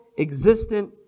existent